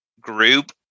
group